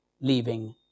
leaving